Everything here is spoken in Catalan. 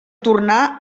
tornar